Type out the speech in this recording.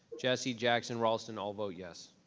jessie, jackson, raulston all vote yes.